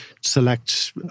select